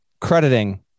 crediting